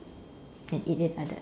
can eat it like that